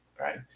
Right